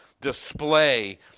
display